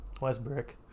Westbrook